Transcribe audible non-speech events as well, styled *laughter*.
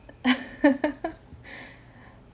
*laughs*